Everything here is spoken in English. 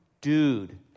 dude